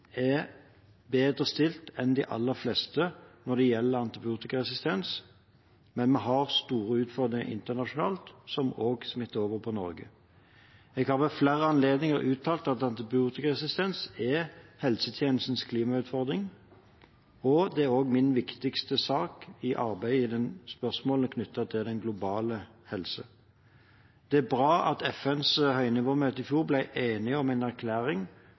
er bedre stilt enn de aller fleste når det gjelder antibiotikaresistens, men vi har store utfordringer internasjonalt, som også smitter over på Norge. Jeg har ved flere anledninger uttalt at antibiotikaresistens er helsetjenestens klimautfordring, og det er også min viktigste sak i arbeidet med spørsmålene knyttet til den globale helse. Det er bra at FNs høynivåmøte i fjor ble enig om en erklæring